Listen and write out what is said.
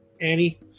Annie